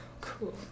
cool